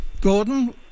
Gordon